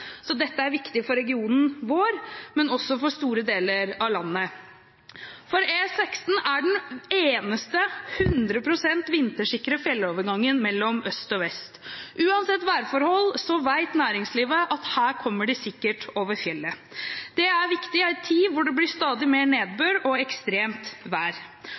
Så dette er viktig for regionen vår, men også for store deler av landet, for E16 er den eneste 100 pst. vintersikre fjellovergangen mellom øst og vest. Uansett værforhold vet næringslivet at her kommer de sikkert over fjellet. Det er viktig i en tid da det blir stadig mer nedbør og ekstremt vær.